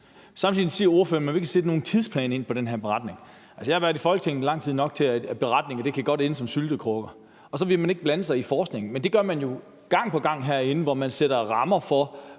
Samtidig siger ordføreren, at man ikke vil sætte nogen tidsplan for den her beretning. Jeg har været i Folketinget i lang tid nok til at vide, at beretninger godt kan ende i en syltekrukke. Og så vil man ikke blande sig i forskningen, men det gør man jo gang på gang herinde, hvor man sætter rammer for,